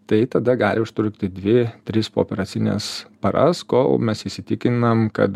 tai tada gali užtrukti dvi tris pooperacines paras kol mes įsitikinam kad